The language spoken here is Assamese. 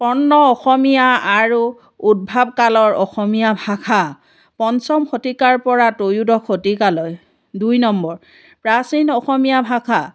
পৰ্ণ অসমীয়া আৰু উদ্ভৱ কালৰ অসমীয়া ভাষা পঞ্চম শতিকাৰ পৰা ত্ৰয়োদশ শতিকালৈ দুই নম্বৰ প্ৰাচীন অসমীয়া ভাষা